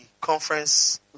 conference